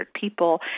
people